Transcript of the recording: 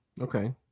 Okay